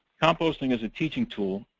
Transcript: composting is a teaching tool.